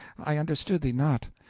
i understood thee not.